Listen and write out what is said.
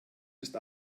ist